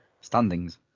Standings